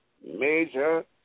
Major